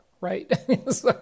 right